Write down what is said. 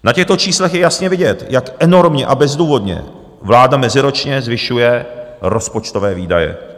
Na těchto číslech je jasně vidět, jak enormně a bezdůvodně vláda meziročně zvyšuje rozpočtové výdaje.